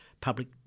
public